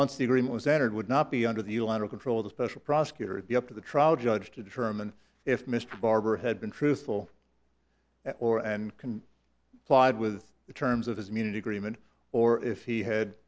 once the agreement was entered would not be under the law to control the special prosecutor the up to the trial judge to determine if mr barber had been truthful or and can slide with the terms of his minute agreement or if he had